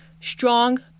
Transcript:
Strong